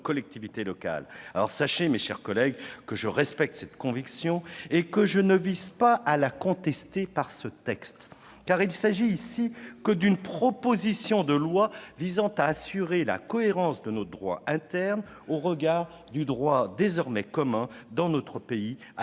locales. Sachez, mes chers collègues, que je respecte cette conviction et que je ne vise pas à la contester par ce texte. Il ne s'agit ici que d'une proposition de loi visant à assurer la cohérence de notre droit interne au regard du droit désormais commun dans notre pays à toutes